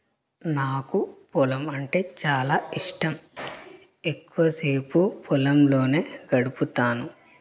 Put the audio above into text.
నాకు పొలమంటే చాలా ఇష్టం ఎక్కువసేపు పొలంలోనే గడుపుతాను